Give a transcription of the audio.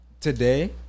today